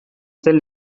zen